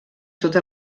totes